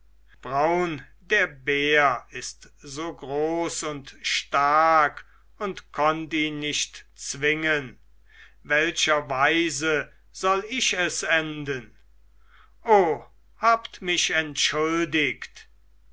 braun der bär so groß und stark und konnt ihn nicht zwingen welcher weise soll ich es enden o habt mich entschuldigt